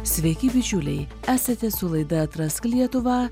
sveiki bičiuliai esate su laida atrask lietuvą